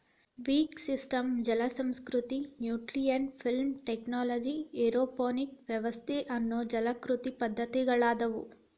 wick system ಜಲಸಂಸ್ಕೃತಿ, nutrient film technology, aeroponic ವ್ಯವಸ್ಥೆ ಅನ್ನೋ ಜಲಕೃಷಿ ಪದ್ದತಿಗಳದಾವು